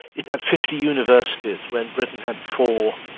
it had fifty universities when britain had four,